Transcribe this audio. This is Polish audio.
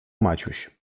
maciuś